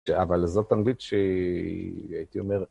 אבל זאת אנגלית שהיא הייתי אומר.